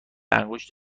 انگشت